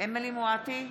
אמילי חיה מואטי,